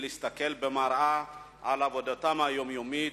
להסתכל במראה על עבודתנו היומיומית,